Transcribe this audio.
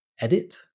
edit